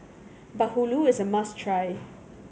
bahulu is a must try